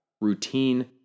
Routine